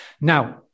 Now